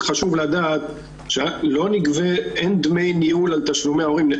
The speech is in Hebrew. חשוב לדעת שאין דמי ניהול על תשלומי הורים.